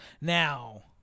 Now